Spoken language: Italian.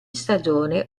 stagione